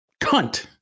cunt